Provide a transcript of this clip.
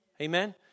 Amen